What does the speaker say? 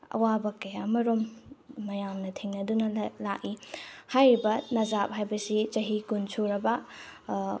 ꯑꯋꯥꯕ ꯀꯌꯥ ꯑꯃꯔꯣꯝ ꯃꯌꯥꯝꯅ ꯊꯦꯡꯅꯗꯨꯅ ꯂꯥꯛꯏ ꯍꯥꯏꯔꯤꯕ ꯅꯖꯥꯞ ꯑꯁꯤ ꯆꯍꯤ ꯀꯨꯟ ꯁꯨꯔꯕ